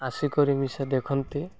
ଆସି କରି ବି ଦେଖନ୍ତି